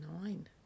nine